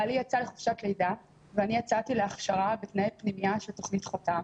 בעלי יצא לחופשת לידה ואני יצאתי להכשרה בתנאי פנימייה של תוכנית חותם,